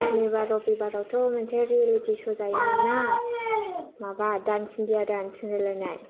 सुनिबार रुबिबारावथ मोनसे रियेलिति श' जायोमोन ना माबा दानस इण्डिया दानस होनलाय लायनाय